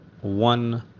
one